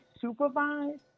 supervised